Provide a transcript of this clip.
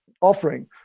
offering